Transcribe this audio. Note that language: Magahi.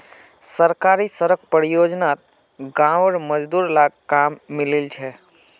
सरकारी सड़क परियोजनात गांउर मजदूर लाक काम मिलील छ